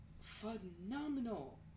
phenomenal